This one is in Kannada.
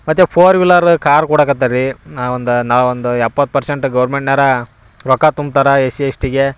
ಮತ್ತು ಫೋರ್ ವಿಲ್ಲರ್ ಕಾರ್ ಕೊಡಾಕತ್ತಾರ ರೀ ನಾನು ಒಂದು ನಾನು ಒಂದು ಎಪ್ಪತ್ತು ಪರ್ಸೆಂಟ್ ಗೌರ್ಮೆಂಟ್ನೋರೆ ರೊಕ್ಕ ತುಂಬ್ತಾರೆ ಎಸ್ ಸಿ ಎಸ್ ಟಿಗೆ